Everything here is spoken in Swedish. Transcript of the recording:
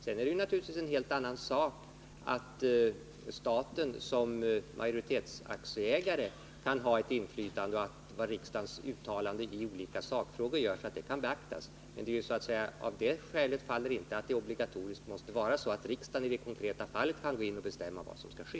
Sedan är det naturligtvis en helt annan sak att staten som majoritetsaktieägare kan ha ett inflytande och att riksdagens uttalande i olika sakfrågor kan beaktas. Men därav följer inte att det obligatoriskt måste vara så att riksdagen i det konkreta fallet kan gå in och bestämma vad som skall ske.